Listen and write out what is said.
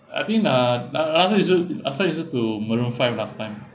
I think uh la~ la~ last time you also last time you listen to maroon five last time